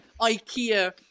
IKEA